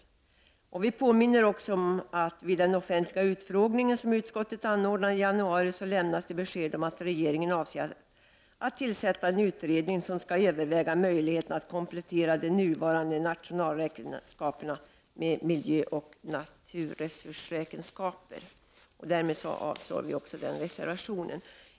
Utskottets majoritet påminner också om att det vid den offentliga utfrågning som utskottet anordnade i januari i år lämnades besked om att regeringen avser att tillsätta en utredning, som skall överväga möjligheten att komplettera de nuvarande nationalräkenskaperna med miljöoch naturresursräkenskaper. Därmed yrkar jag avslag på denna reservation.